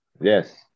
Yes